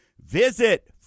Visit